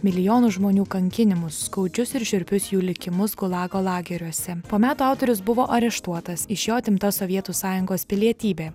milijonų žmonių kankinimus skaudžius ir šiurpius jų likimus gulago lageriuose po metų autorius buvo areštuotas iš jo atimta sovietų sąjungos pilietybė